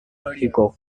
rico